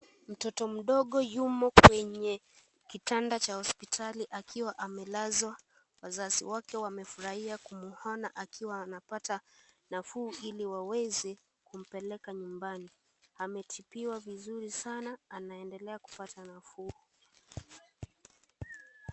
Mtoto mdogo yumo kwenye kitanda cha hospitali akiwa amelazwa, wazazi wake wamefurahia kumwona akiwa anapata nafuu ili waweze kumpeleka nyumbani, ametibiwa vizuri sana anaendelea kupata nafuu.